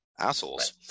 assholes